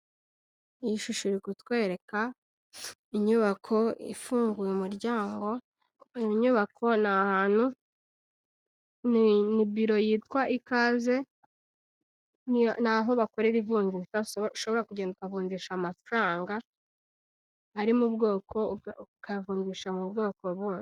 Iyi shusho iri kutwereka, inyubako ifunguye umuryango, iyi nyubako ni ahantu, ni biro yitwa ikaze, ni aho bakorera ivungisha, ushobora kugenda ukavungisha amafaranga, ari mu bwoko, ukayavunjisha mu bwoko bundi.